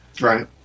right